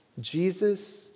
Jesus